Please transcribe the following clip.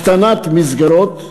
הקטנת מסגרות,